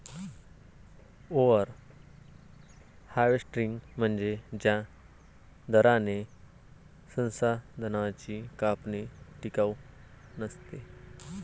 over harvesting म्हणजे ज्या दराने संसाधनांची कापणी टिकाऊ नसते